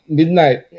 midnight